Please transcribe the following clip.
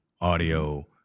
audio